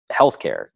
healthcare